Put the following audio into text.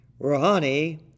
Rouhani